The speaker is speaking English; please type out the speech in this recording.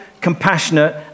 compassionate